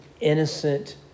innocent